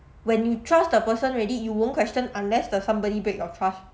when you trust the person already you won't question unless the somebody break your trust